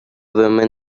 women